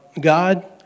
God